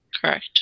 Correct